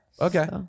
Okay